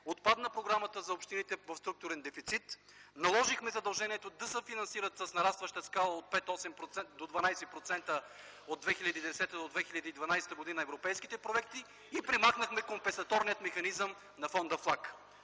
отпадна програмата за общините в структурен дефицит, наложихме задължението да съфинансират с нарастваща скала от 5-8-12% от 2010 до 2012 г. европейските проекти и премахнахме компенсаторния механизъм на Фонда ФЛАГ.